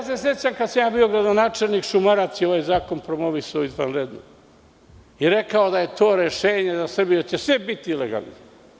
Sećam se, kada sam ja bio gradonačelnik, Šumarac je ovaj zakon promovisao izvanredno i rekao da je to rešenje za Srbiju i da će sve biti legalizovano.